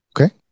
Okay